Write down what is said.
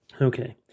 Okay